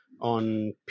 on